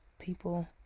People